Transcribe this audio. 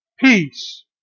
Peace